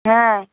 হ্যাঁ